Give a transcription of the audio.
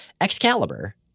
Excalibur